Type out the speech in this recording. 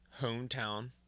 hometown